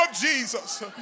Jesus